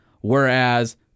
whereas